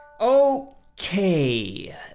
Okay